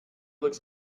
looks